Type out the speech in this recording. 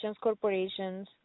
corporations